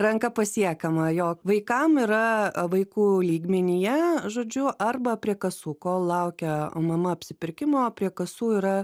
ranka pasiekiama jo vaikam yra vaikų lygmenyje žodžiu arba prie kasų kol laukia mama apsipirkimo prie kasų yra